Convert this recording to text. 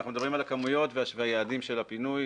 אנחנו מדברים על הכמויות ועל היעדים של הפינוי